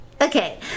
Okay